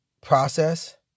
process